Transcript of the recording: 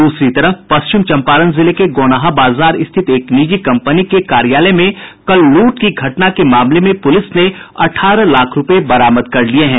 दूसरी तरफ पश्चिम चंपारण जिले के गोनाहा बाजार स्थित एक निजी कंपनी के कार्यालय में कल लूट की घटना के मामले में पुलिस ने अठारह लाख रूपये बरामद कर लिये हैं